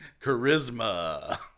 Charisma